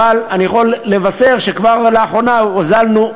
אבל אני יכול לבשר שכבר לאחרונה הוזלנו,